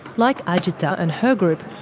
like agitda and her group,